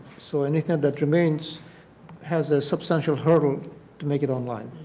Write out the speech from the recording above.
so anything that remains has a substantial hurdle to make it online.